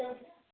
ହଁ